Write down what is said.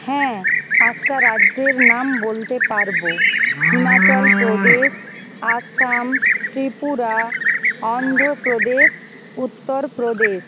হ্যাঁ পাঁচটা রাজ্যের নাম বলতে পারবো হিমাচল প্রদেশ আসাম ত্রিপুরা অন্ধ্র প্রদেশ উত্তর প্রদেশ